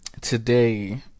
today